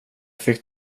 fick